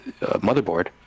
motherboard